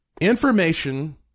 Information